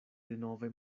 denove